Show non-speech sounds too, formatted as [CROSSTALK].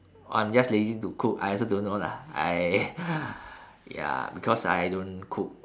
I'm just lazy to cook I also don't know lah I [LAUGHS] [BREATH] ya because I don't cook